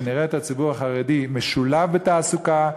ונראה את הציבור החרדי משולב בתעסוקה,